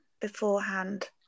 beforehand